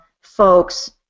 folks